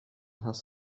hast